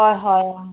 হয় হয় অ